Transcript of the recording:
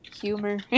humor